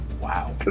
Wow